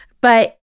But-